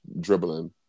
dribbling